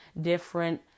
different